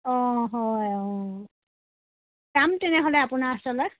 অঁ হয় অঁ যাম তেনেহ'লে আপোনাৰ ওচৰলৈ